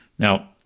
Now